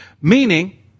Meaning